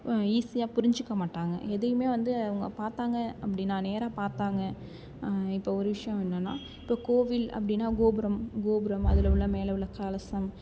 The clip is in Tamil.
ஈஸியாக புரிஞ்சிக்க மாட்டாங்க எதையும் வந்து அவங்க பார்த்தாங்க அப்படினா நேராக பார்த்தாங்க இப்போ ஒரு விஷயம் என்னெனா இப்போ கோவில் அப்படினா கோபுரம் கோபுரம் அதில் உள்ள மேலே உள்ள கலசம்